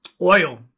Oil